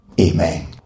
Amen